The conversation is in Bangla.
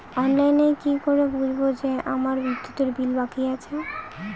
অনলাইনে কি করে বুঝবো যে আমার বিদ্যুতের বিল বাকি আছে?